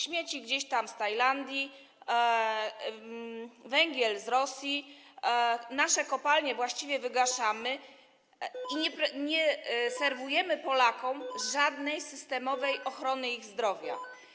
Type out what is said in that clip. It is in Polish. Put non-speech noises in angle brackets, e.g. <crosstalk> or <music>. Śmieci gdzieś tam z Tajlandii, węgiel z Rosji, nasze kopalnie właściwie wygaszamy, <noise> nie proponujemy Polakom żadnej systemowej ochrony ich zdrowia.